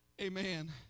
amen